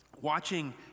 watching